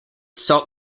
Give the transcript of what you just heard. salt